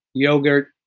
yogurt.